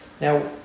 Now